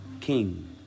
king